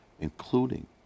including